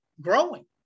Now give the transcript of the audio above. growing